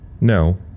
No